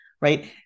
right